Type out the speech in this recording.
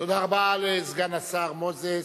תודה רבה לסגן השר מוזס,